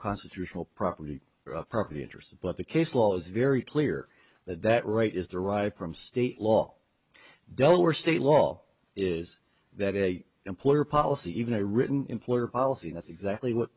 constitutional property property interests but the case law is very clear that that right is derived from state law delaware state law is that a employer policy even a written employer policy not exactly what